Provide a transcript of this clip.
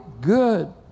Good